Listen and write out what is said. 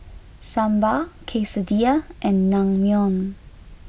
Sambar Quesadillas and Naengmyeon